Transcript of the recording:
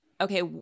okay